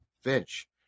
Finch